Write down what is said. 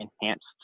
enhanced